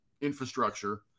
infrastructure